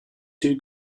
two